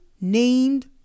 named